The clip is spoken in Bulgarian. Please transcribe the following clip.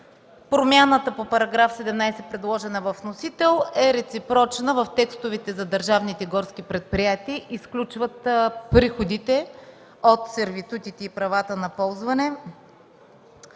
Промяната по § 17, предложена от вносител, е реципрочна в текстовете за държавните горски предприятия и включват приходите от сервитутите и правата на ползване